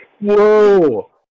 Whoa